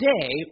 today